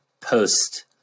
post